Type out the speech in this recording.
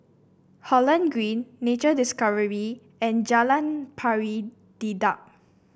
Holland Green Nature Discovery and Jalan Pari Dedap